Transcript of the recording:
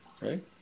Right